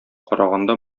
караганда